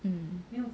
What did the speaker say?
um